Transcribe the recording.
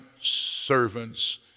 servants